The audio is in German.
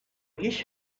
ich